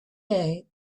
day